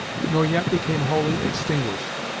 nor yet became wholly extinguished,